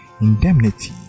indemnity